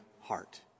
heart